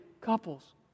couples